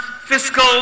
fiscal